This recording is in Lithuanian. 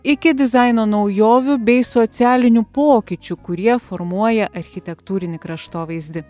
iki dizaino naujovių bei socialinių pokyčių kurie formuoja architektūrinį kraštovaizdį